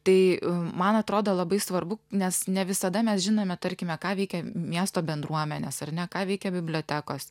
tai man atrodo labai svarbu nes ne visada mes žinome tarkime ką veikia miesto bendruomenės ar ne ką veikia bibliotekos